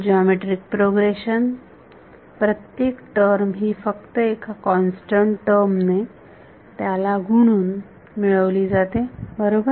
geometric progression प्रत्येक term ही फक्त एका कॉन्स्टंट टर्म ने त्याला गुणून मिळवली जाते बरोबर